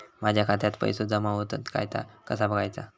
माझ्या खात्यात पैसो जमा होतत काय ता कसा बगायचा?